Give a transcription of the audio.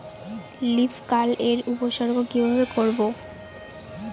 Leaf curl এর উপসর্গ কিভাবে করব?